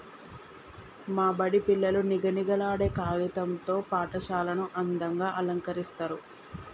మా బడి పిల్లలు నిగనిగలాడే కాగితం తో పాఠశాలను అందంగ అలంకరిస్తరు